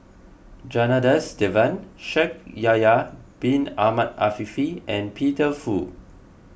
Janadas Devan Shaikh Yahya Bin Ahmed Afifi and Peter Fu